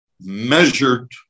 Measured